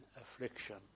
affliction